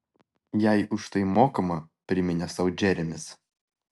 jai už tai mokama priminė sau džeremis